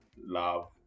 love